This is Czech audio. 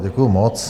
Děkuju moc.